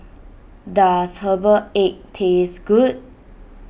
does Herbal Egg taste good